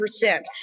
percent